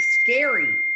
scary